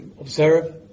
observe